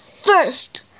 First